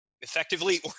effectively